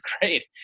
great